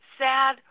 sad